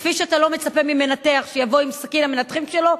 כפי שאתה לא מצפה ממנתח שיבוא עם סכין המנתחים שלו,